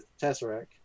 Tesseract